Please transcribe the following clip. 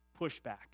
pushback